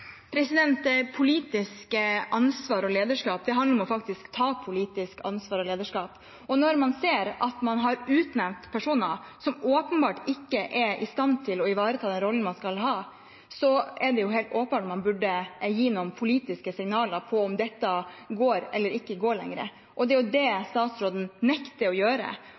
ansvar og lederskap handler om faktisk å ta politisk ansvar og lederskap. Og når man ser at man har utnevnt personer som åpenbart ikke er i stand til å ivareta den rollen de skal ha, er det helt åpenbart at man burde gi noen politiske signaler om hvorvidt dette går eller ikke går lenger. Det er jo det statsråden nekter å gjøre